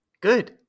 Good